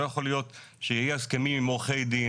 לא יכול להיות שיהיו הסכמים עם עורכי דין,